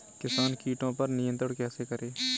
किसान कीटो पर नियंत्रण कैसे करें?